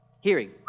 Hearing